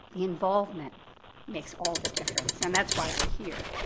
the involvement makes all the difference. and that's why we're here.